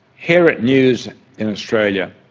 here at news in australia,